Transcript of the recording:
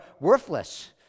worthless